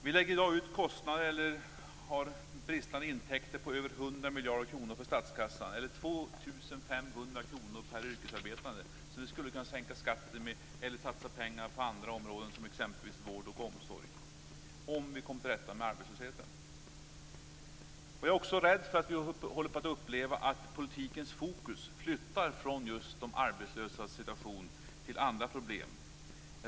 Vi har i dag kostnader, eller bristande intäkter, på över 100 miljarder kronor för statskassan, eller 2 500 kr per yrkesarbetande - pengar som vi skulle kunna sänka skatten med eller som vi kunde satsa på andra områden, exempelvis vården och omsorgen, om vi kom till rätta med arbetslösheten. Vidare är jag rädd för att vi håller på att uppleva att politikens fokus flyttar från just de arbetslösas situation till andra problem.